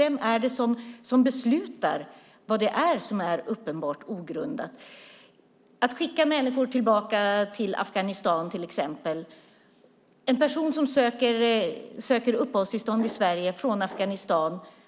Vem är det som beslutar vad det är som är uppenbart ogrundat? Jag kan ta exemplet att skicka människor tillbaka till Afghanistan. När det gäller en person från Afghanistan som söker uppehållstillstånd i Sverige